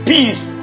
Peace